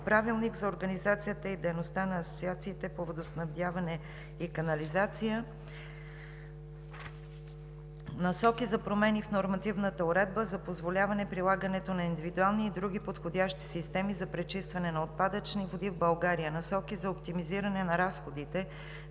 Правилник за организацията и дейността на асоциациите по водоснабдяване и канализация; Насоки за промени в нормативната уредба за позволяване прилагането на индивидуални и други подходящи системи за пречистване на отпадъчни води в България; Насоки за оптимизиране на разходите